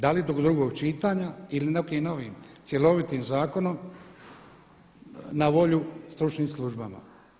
Da li do drugog čitanja ili nekim novim cjelovitim zakonom na volju stručnim službama.